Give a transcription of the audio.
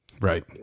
Right